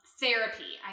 therapy